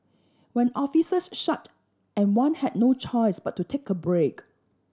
when offices shut and one had no choice but to take a break